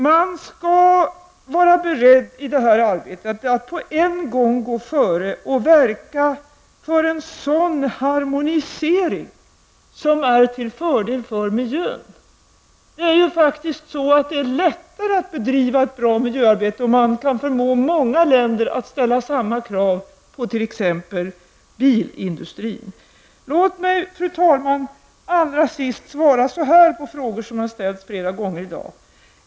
Man skall vara beredd i det här arbetet att på en gång gå före och verka för en sådan harmonisering som är till fördel för miljön. Det är lättare att bedriva ett bra miljöarbete om man kan förmå många länder att ställa samma krav på t.ex. Fru talman! Låt mig allra sist svara på några frågor som har ställts flera gånger i dag.